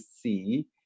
see